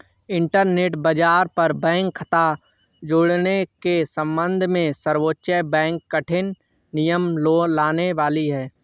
internet बाज़ार पर bank खता जुड़ने के सम्बन्ध में सर्वोच्च बैंक कठिन नियम लाने वाली है